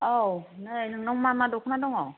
औ नै नोंनाव मा मा दख'ना दङ'